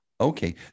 okay